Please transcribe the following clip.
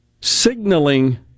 signaling